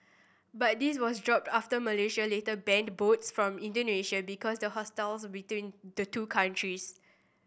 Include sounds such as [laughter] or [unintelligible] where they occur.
but this was dropped after Malaysia later banned boats from Indonesia because the [unintelligible] between the two countries